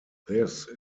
this